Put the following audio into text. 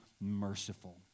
merciful